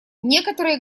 некоторые